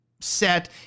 set